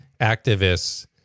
activists